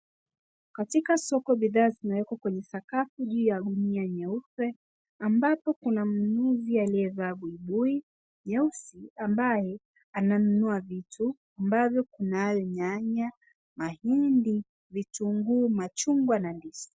katika soko bidhaa zinawekwa kwenye sakafu juu ya gunia nyeupe ambapo kuna mnunuzi aliyevaa buibui nyeusi ambaye ananunua vitu ambayo kunayo nyanya, mahindi, vitunguu, machingwa na ndizi.